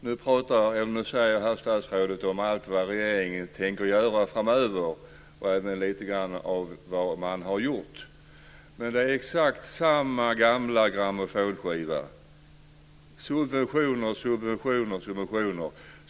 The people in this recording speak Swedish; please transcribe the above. Nu talar herr statsrådet om allt vad regeringen tänker göra framöver och även lite grann vad man har gjort. Det är exakt samma gamla grammofonskiva: subventioner, subventioner, subventioner.